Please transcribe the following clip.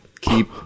keep